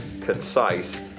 concise